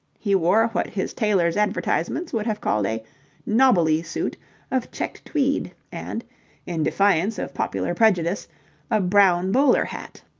he wore what his tailor's advertisements would have called a nobbly suit of checked tweed and in defiance of popular prejudice a brown bowler hat.